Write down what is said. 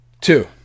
Two